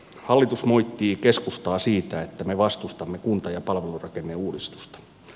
hallitus moittii keskustaa siitä että me vastustamme kunta ja palvelurakenneuudistusta